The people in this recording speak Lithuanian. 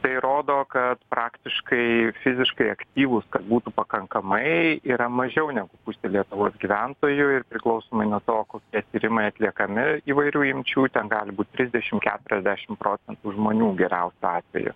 tai rodo kad praktiškai fiziškai aktyvūs kad būtų pakankamai yra mažiau negu pusė lietuvos gyventojų ir priklausomai nuo to kokie tyrimai atliekami įvairių imčių ten gali būt trisdešim keturiasdešim procentų žmonių geriausiu atveju